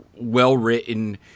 well-written